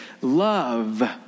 Love